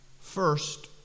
first